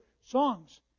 songs